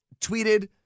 tweeted